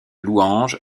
louange